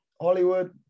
Hollywood